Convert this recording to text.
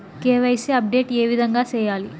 KYC update ఏ విధంగా సేయాలి?